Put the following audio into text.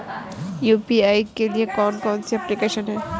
UPI के लिए कौन कौन सी एप्लिकेशन हैं?